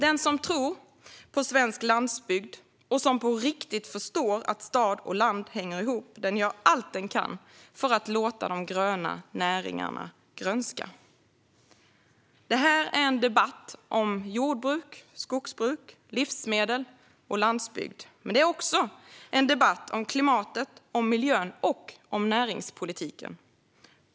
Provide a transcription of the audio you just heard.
Den som tror på svensk landsbygd och på riktigt förstår att stad och land hänger ihop gör allt den kan för att låta de gröna näringarna grönska. Detta är en debatt om jordbruk, skogsbruk, livsmedel och landsbygd, men det är också en debatt om klimatet, miljön och näringspolitiken.